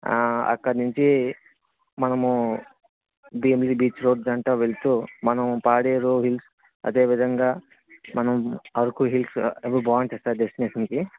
అక్కడి నుంచి మనము భీమిలీ బీచ్ రోడ్ వెంటా వెళ్తూ మనం పాడేరు హిల్స్ అదే విధంగా మనం అరుకు హిల్స్ అవి బాగుంటాయి సార్ డెస్టినేషన్కి